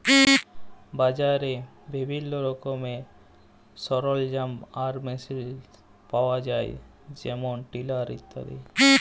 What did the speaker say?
বাজারে বিভিল্ল্য রকমের সরলজাম আর মেসিল পাউয়া যায় যেমল টিলার ইত্যাদি